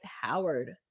Howard